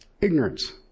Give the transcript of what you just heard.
Ignorance